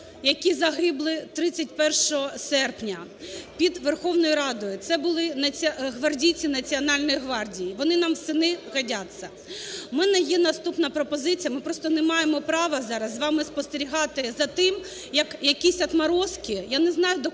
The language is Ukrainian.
які загибли 31 серпня під Верховною Радою. Це були гвардійці Національної гвардії, вони нам в сини годяться. У мене є наступна пропозиція, ми просто не маємо права зараз з вами спостерігати за тим, як якісь "отморозки", я не знаю, до